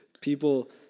People